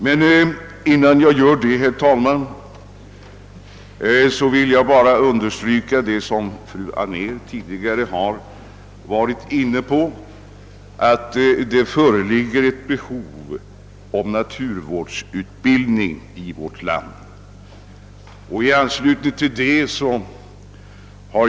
Men innan jag gör det, herr talman, vill jag understryka vad fru Anér tidigare har varit inne på, nämligen att det föreligger ett behov av naturvårdsutbildning i vårt land.